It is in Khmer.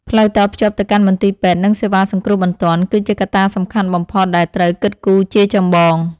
ផ្លូវតភ្ជាប់ទៅកាន់មន្ទីរពេទ្យនិងសេវាសង្គ្រោះបន្ទាន់គឺជាកត្តាសំខាន់បំផុតដែលត្រូវគិតគូរជាចម្បង។